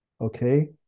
Okay